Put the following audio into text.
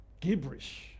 gibberish